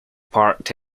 parked